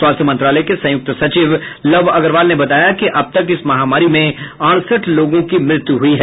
स्वास्थ्य मंत्रालय के संयुक्त सचिव लव अग्रवाल ने बताया कि अब तक इस महामारी में अड़सठ लोगों की मृत्यु हुई है